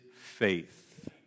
faith